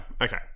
okay